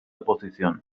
posición